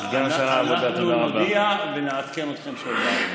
אנחנו נודיע ונעדכן אתכם בשבוע הבא.